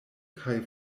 kaj